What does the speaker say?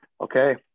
okay